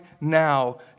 now